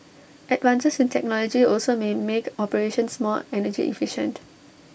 advances in technology also may make operations more energy efficient